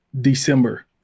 december